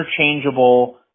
interchangeable